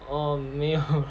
oh 没有